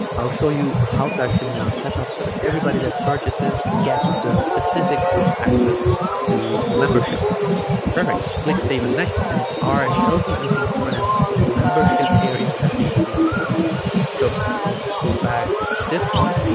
i'll show you how to actually now set up so that everybody that purchases gets the specific access to the membership perfect click save and next and our healthy eating trends membership area has been created so let's just go back to this one